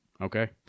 Okay